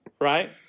right